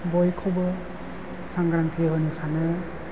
बयखौबो सांग्रांथि होनो सानो